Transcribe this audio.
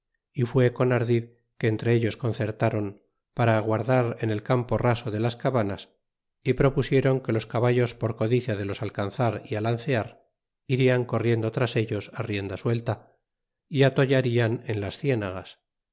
y fué con ardid que entre ellos concertáron para aguardar en el campo raso de las cavanas y propusieron que los caballos por codicia de los alcanzar y alancear frian corriendo tras ellos rienda suelta y atollarian en las cienagas